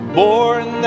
born